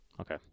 Okay